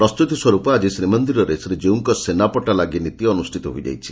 ପ୍ରସ୍ତୁତି ସ୍ବରୂପ ଆକି ଶ୍ରୀମନ୍ଦିରରେ ଶ୍ରୀକୀଉଙ୍କ ସେନାପଟା ଲାଗି ନୀତି ଅନୁଷ୍ଠିତ ହୋଇଯାଇଛି